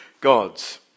gods